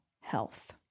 health